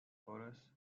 chorus